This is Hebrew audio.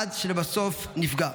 עד שלבסוף נפגע.